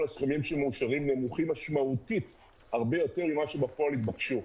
הסכומים שמאושרים נמוכים משמעותית הרבה יותר ממה שבפועל התבקשו.